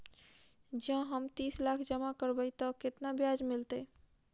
जँ हम तीस लाख जमा करबै तऽ केतना ब्याज मिलतै?